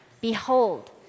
Behold